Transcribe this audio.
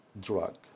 drug